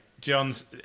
John's